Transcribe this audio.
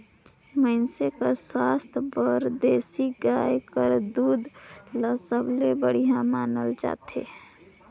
मइनसे कर सुवास्थ बर देसी गाय कर दूद ल सबले बड़िहा मानल जाथे